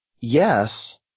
Yes